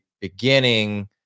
beginning